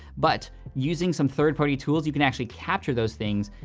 but using some third-party tools, you can actually capture those things,